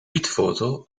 witfoto